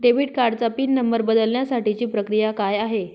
Debit कार्डचा pin number बदलण्यासाठीची प्रक्रिया काय आहे?